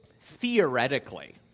theoretically